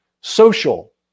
social